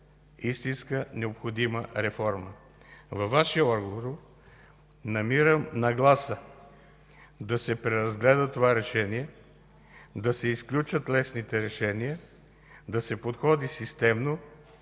истинска, необходима реформа. Във Вашия отговор намирам нагласа да се преразгледа това решение, да се изключат лесните решения, да се подходи системно,